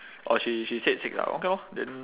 orh she she said six ah okay lor then